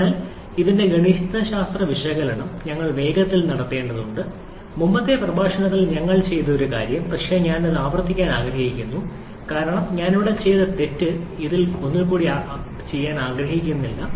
അതിനാൽ ഇതിന്റെ ഗണിതശാസ്ത്ര വിശകലനം ഞങ്ങൾ വേഗത്തിൽ നടത്തേണ്ടതുണ്ട് മുമ്പത്തെ പ്രഭാഷണത്തിൽ ഞങ്ങൾ ചെയ്ത ഒരു കാര്യം പക്ഷേ ഞാൻ അത് ആവർത്തിക്കാൻ ആഗ്രഹിക്കുന്നു കാരണം ഞാൻ അവിടെ ചെയ്ത തെറ്റ് ഇതിൽ ഒരിക്കൽ കൂടി ചെയ്യാൻ ആഗ്രഹിക്കുന്നില്ല